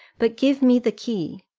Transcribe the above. but give me the key.